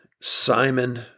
Simon